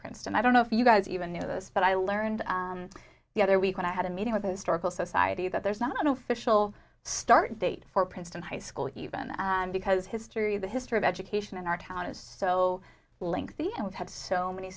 princeton i don't know if you guys even knew this but i learned the other week when i had a meeting with historical society that there's not an official start date for princeton high school even because history the history of education in our town is so lengthy and we've had so many